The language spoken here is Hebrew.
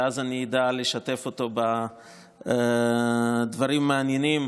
ואז אני אדע לשתף אותו בדברים מעניינים,